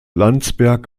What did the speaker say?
landsberg